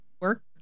work